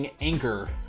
Anchor